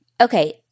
Okay